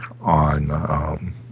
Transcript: on